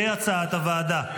כהצעת הוועדה.